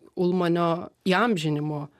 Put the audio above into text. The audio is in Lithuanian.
ulmanio įamžinimo